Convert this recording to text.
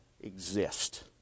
exist